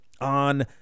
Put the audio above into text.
on